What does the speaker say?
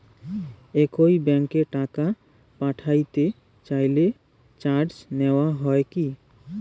একই ব্যাংকে টাকা পাঠাতে চাইলে চার্জ নেওয়া হয় কি?